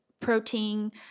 protein